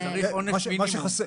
צריך אולי עונש מינימום,